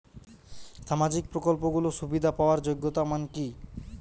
সামাজিক প্রকল্পগুলি সুবিধা পাওয়ার যোগ্যতা মান কি?